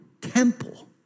temple